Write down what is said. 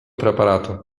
preparatu